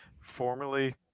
formerly –